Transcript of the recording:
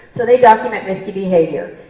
so they document risky behavior.